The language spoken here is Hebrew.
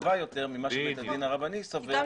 רחבה יותר ממה שבית הדין הרבני סובר.